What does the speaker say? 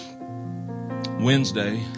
Wednesday